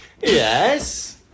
Yes